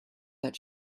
that